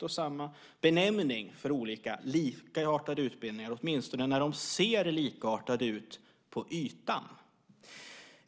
och samma benämning för olika likartade utbildningar, åtminstone när de ser likartade ut på ytan?